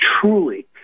truly